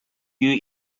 you